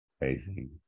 amazing